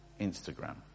Instagram